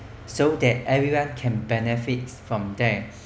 so that everyone can benefit from there